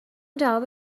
جواب